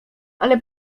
ale